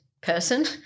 person